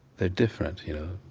they are different, you know